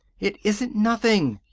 it isn't nothing.